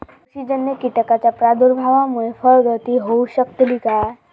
बुरशीजन्य कीटकाच्या प्रादुर्भावामूळे फळगळती होऊ शकतली काय?